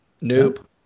Nope